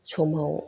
समाव